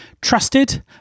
Trusted